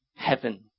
heaven